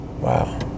Wow